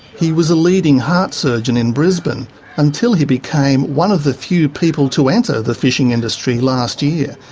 he was a leading heart surgeon in brisbane until he became one of the few people to enter the fishing industry last year.